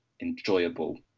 enjoyable